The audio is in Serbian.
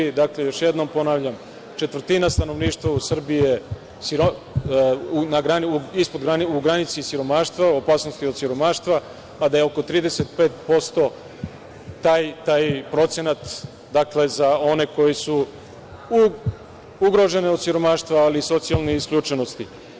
Još jednom ponavljam, četvrtina stanovništva u Srbiji je u granici siromaštva, u opasnosti od siromaštva, a da je oko 35% taj procenat za one koji su ugroženi od siromaštva, ali i socijalne isključenosti.